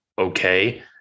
okay